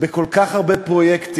בכל כך הרבה פרויקטים,